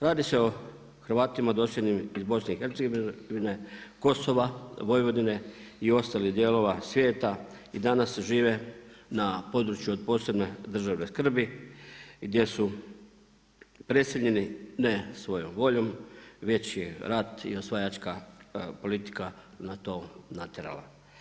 Radi se o Hrvatima doseljenim iz BiH-a, Kosova, Vojvodine i ostalih dijelova svijeta i danas žive na području od posebne državne skrbi gdje su preseljeni ne svojom voljom već je rat i osvajačka politika na to naterala.